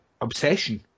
obsession